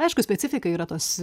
aišku specifika yra tos